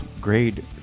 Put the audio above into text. Grade